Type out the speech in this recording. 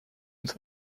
uns